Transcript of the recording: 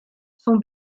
son